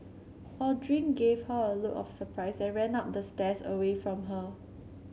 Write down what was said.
Aldrin gave her a look of surprise and ran up the stairs away from her